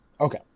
Okay